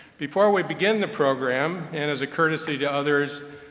before we begin the program, and as a courtesy to others,